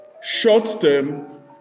short-term